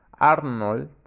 Arnold